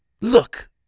Look